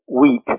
weak